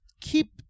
keep